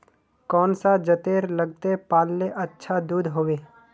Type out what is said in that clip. कौन सा जतेर लगते पाल्ले अच्छा दूध होवे?